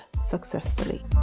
successfully